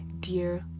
dear